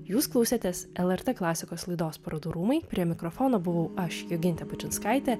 jūs klausėtės lrt klasikos laidos parodų rūmai prie mikrofono buvau aš jogintė bačinskaitė